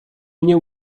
mnie